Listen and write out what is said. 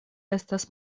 estas